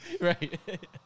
Right